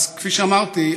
אז כפי שאמרתי,